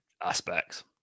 aspects